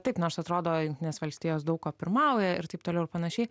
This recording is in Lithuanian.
taip nors atrodo jungtinės valstijos daug ką pirmauja ir taip toliau ir panašiai